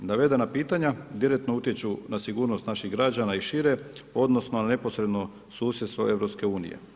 Navedena pitanja direktno utječu na sigurnost naših građana i šire, odnosno na neposredno susjedstvo EU.